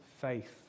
faith